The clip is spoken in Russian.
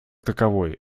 таковой